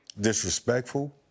disrespectful